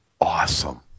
awesome